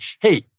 hey